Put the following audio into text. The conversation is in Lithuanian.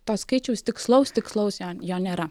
to skaičiaus tikslaus tikslaus jo jo nėra